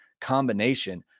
combination